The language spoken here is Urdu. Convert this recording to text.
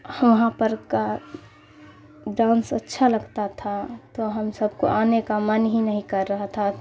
وہاں پر کا ڈانس اچھا لگتا تھا تو ہم سب کو آنے کا من ہی نہیں کر رہا تھا